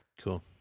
cool